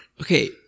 Okay